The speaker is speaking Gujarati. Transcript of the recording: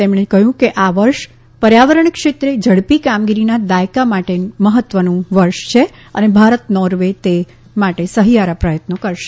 તેમણે કહ્યું કે આ વર્ષ પર્યાવરણ ક્ષેત્રે ઝડપી કામગીરીના દાયકા માટે મહત્વનું વર્ષ છે અને ભારત નોર્વે તે માટે સહિયારા પ્રયત્નો કરશે